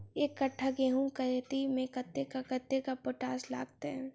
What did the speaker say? एक कट्ठा गेंहूँ खेती मे कतेक कतेक पोटाश लागतै?